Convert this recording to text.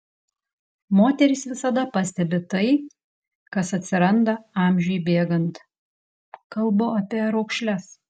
moterys visada pastebi tai kas atsiranda amžiui bėgant kalbu apie raukšles